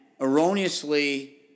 erroneously